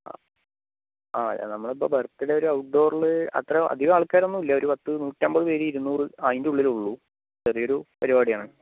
ആ ആ നമ്മൾ ഇപ്പോൾ ബർത്ത്ഡേ ഇപ്പോൾ ഒരു ഔട്ട്ഡോറില് അധികം ആള്ക്കാര് ഒന്നുമില്ല ഒരു പത്തു നൂറ്റമ്പത് പേര് ഇരുന്നൂറ് അതിൻ്റെ ഉള്ളിലെ ഉള്ളൂ ചെറിയ ഒരു പരിപാടി ആണ്